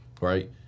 right